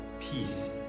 peace